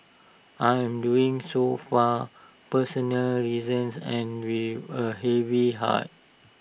I am doing so personal reasons and with A heavy heart